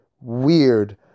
weird